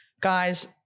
Guys